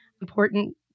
important